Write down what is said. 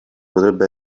potrebbe